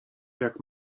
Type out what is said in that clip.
jak